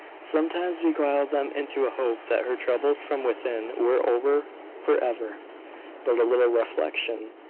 sometimes beguiled them into a hope that her troubles from within were over for ever but a little reflection,